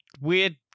weird